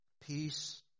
Peace